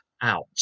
out